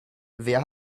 wer